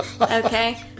Okay